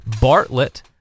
Bartlett